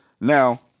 Now